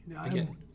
again